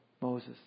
Moses